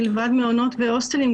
מלבד מעונות והוסטלים,